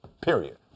period